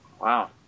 Wow